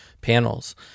panels